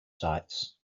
sites